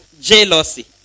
Jealousy